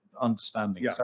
understanding